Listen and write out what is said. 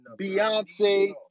Beyonce